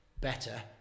better